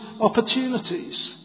opportunities